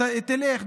תלך,